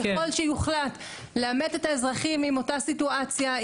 ככל שיוחלט לעמת את האזרחים עם אותה סיטואציה,